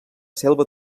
selva